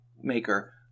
maker